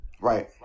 right